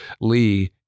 lee